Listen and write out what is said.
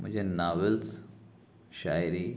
مجھے ناولس شاعری